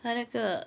他那个